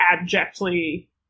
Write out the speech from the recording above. abjectly